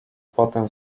potem